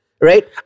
Right